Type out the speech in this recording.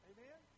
Amen